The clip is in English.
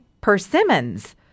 persimmons